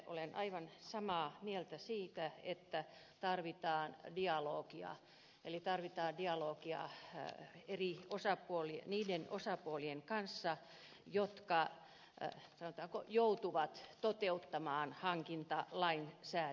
olen aivan samaa mieltä siitä että tarvitaan dialogia eli tarvitaan dialogia niiden osapuolien kanssa jotka sanotaanko joutuvat toteuttamaan hankintalainsäädäntöä